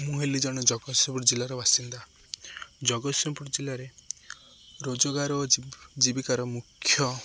ମୁଁ ହେଲି ଜଣେ ଜଗତସିଂହପୁର ଜିଲ୍ଲାର ବାସିନ୍ଦା ଜଗତସିଂହପୁର ଜିଲ୍ଲାରେ ରୋଜଗାର ଓ ଜୀବିକାର ମୁଖ୍ୟ